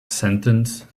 sentence